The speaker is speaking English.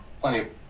plenty